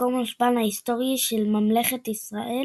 מקום מושבן ההיסטורי של ממלכות ישראל